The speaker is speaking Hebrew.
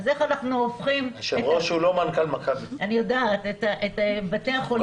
היא איך אנחנו הופכים את בתי החולים